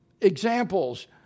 Examples